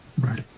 Right